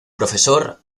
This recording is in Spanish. profesor